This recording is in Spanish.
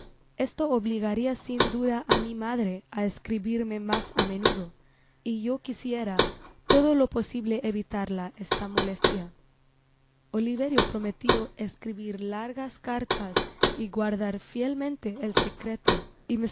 esto obligaría sin duda á mi madre á escribirme mas amenudo y yo quisiera todo lo posible evitarla esta molestia oliverio prometió escribir largas cartas y guardar fielmente ei secreto